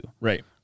right